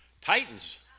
Titans